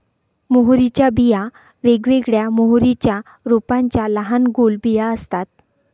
मोहरीच्या बिया वेगवेगळ्या मोहरीच्या रोपांच्या लहान गोल बिया असतात